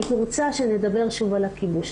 הייתי רוצה שנדבר שוב על הכיבוש.